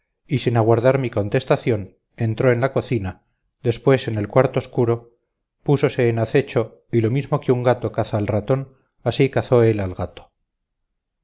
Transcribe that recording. y sin aguardar mi contestación entró en la cocina después en el cuarto oscuro púsose en acecho y lo mismo que un gato caza al ratón así cazó él al gato